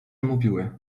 mówiły